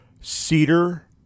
cedar